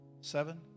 Seven